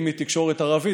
אם היא תקשורת ערבית,